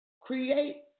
Create